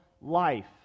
life